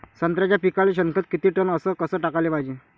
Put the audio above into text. संत्र्याच्या पिकाले शेनखत किती टन अस कस टाकाले पायजे?